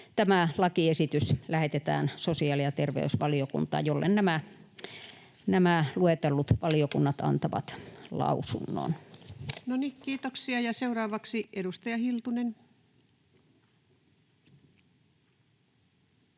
tämä lakiesitys lähetetään sosiaali- ja terveysvaliokuntaan, jolle nämä luetellut valiokunnat antavat lausunnon. [Speech 176] Speaker: Ensimmäinen